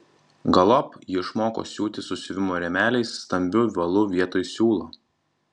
galop ji išmoko siūti su siuvimo rėmeliais stambiu valu vietoj siūlo